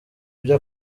byo